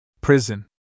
Prison